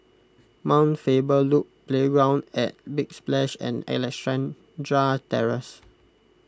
Mount Faber Loop Playground at Big Splash and Alexandra Terrace